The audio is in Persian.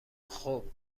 خوب